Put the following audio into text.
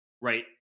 right